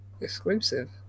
exclusive